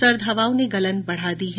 सर्द हवाओं ने गलन बढ़ा दी है